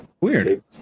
Weird